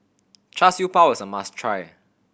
Char Siew Bao is a must try